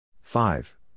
Five